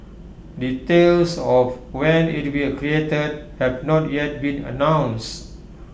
details of when IT will created have not yet been announced